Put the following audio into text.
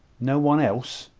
no one else,